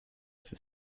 für